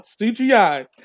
CGI